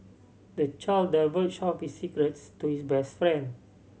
the child divulged all his secrets to his best friend